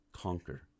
Conquer